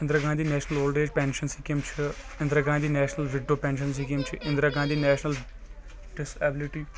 Indira Gandhi national old age national scheme چھ Indira Gandhi national widow pension scheme چھ Indira Gandhi national ability